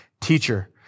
teacher